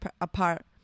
apart